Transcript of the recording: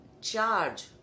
charge